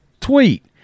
tweet